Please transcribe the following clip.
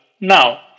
Now